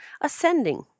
ascending